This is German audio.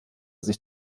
sich